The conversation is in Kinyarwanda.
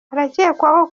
arakekwaho